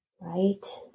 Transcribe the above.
Right